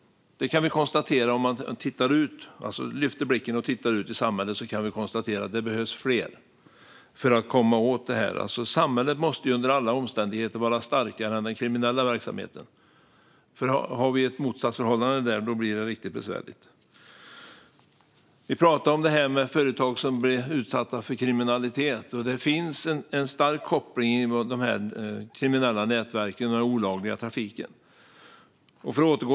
Det kan man konstatera om man lyfter blicken och tittar ut i samhället. Det behövs fler för att man ska komma åt det här. Samhället måste under alla omständigheter vara starkare än den kriminella verksamheten. Har vi ett motsatt förhållande blir det riktigt besvärligt. Vi pratar om företag som blir utsatta för kriminalitet. Det finns en stark koppling mellan de kriminella nätverken och den olagliga trafiken.